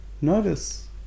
notice